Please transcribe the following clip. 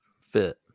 fit